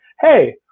Hey